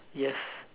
yes